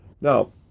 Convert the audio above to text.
Now